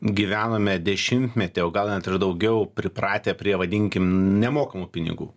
gyvenome dešimtmetį o gal net ir daugiau pripratę prie vadinkim nemokamų pinigų